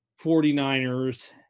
49ers